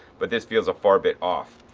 but this feels a far bit off.